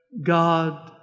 God